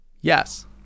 yes